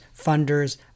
funders